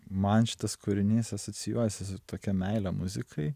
man šitas kūrinys asocijuojasi su tokia meile muzikai